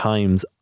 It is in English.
Times